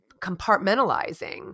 compartmentalizing